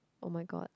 oh-my-god